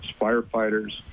firefighters